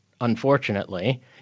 Unfortunately